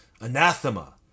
Anathema